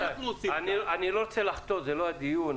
רבותיי, אני לא רוצה לחטוא, זה לא הדיון.